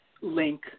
link